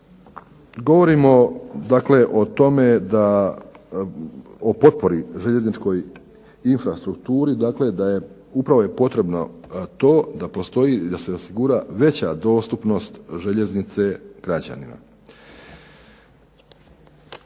tome da o potpori željezničkoj infrastrukturi, upravo je dovoljno to da se osigura veća dostupnost željeznice građanima.